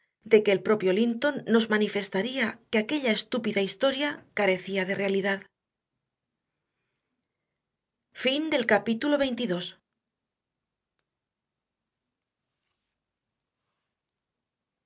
de que el propio linton nos manifestaría que aquella estúpida historia carecía de realidad capítulo veintitrés